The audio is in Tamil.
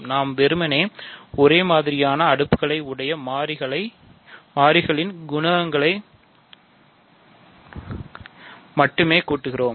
நாம் வெறுமனே ஒரே மாதிரியான அடுக்குகளை உடைய மாறிகளின் குணகங்களை மட்டும் கூறுகிறோம்